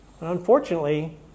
Unfortunately